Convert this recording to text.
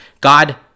god